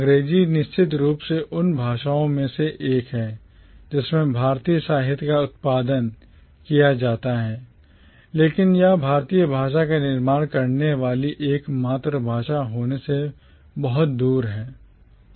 अंग्रेजी निश्चित रूप से उन भाषाओं में से एक है जिसमें भारतीय साहित्य का उत्पादन किया जाता है लेकिन यह भारतीय भाषा का निर्माण करने वाली एकमात्र भाषा होने से बहुत दूर है